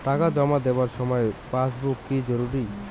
টাকা জমা দেবার সময় পাসবুক কি জরুরি?